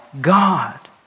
God